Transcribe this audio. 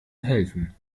helfen